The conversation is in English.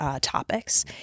topics